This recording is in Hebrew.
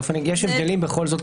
יש הבדלים בכל זאת,